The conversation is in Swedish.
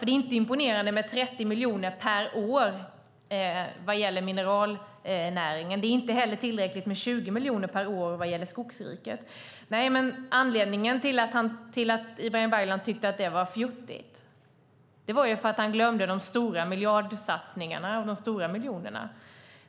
Det är inte imponerande med 30 miljoner per år vad gäller mineralnäringen. Det är inte heller tillräckligt med 20 miljoner per år vad gäller Skogsriket. Anledningen till att Ibrahim Baylan tyckte att det var fjuttigt var för att han glömde de stora miljardsatsningarna och de stora miljonerna.